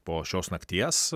po šios nakties